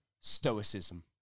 Stoicism